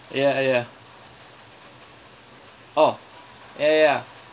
ya uh ya oh ya ya